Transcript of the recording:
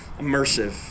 immersive